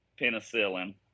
penicillin